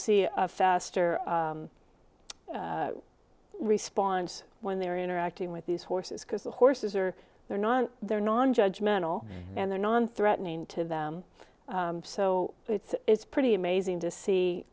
see a faster response when they're interacting with these horses because the horses are they're not there non judgmental and they're non threatening to them so it's it's pretty amazing to see